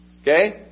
Okay